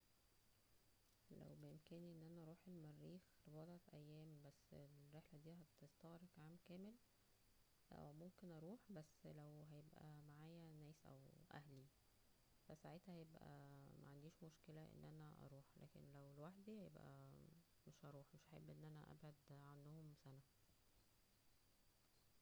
لو بامكانى ان انا اروح المريخ لبعضة ايام بس الرحلة دى هتستغرق عام كامل ممكن اروح بس لو معايا ناس اة اهلى فا ساعها هيبقى معنديش مشكلة انا اروح, لكن لو لوحدى هيبقى مش هروح مش هحب ان انا اابعد عنهم سنة